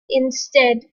instead